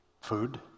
food